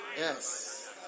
yes